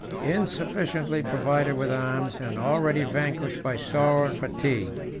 insufficiently provided with arms, and already vanquished by sorrow and fatigue.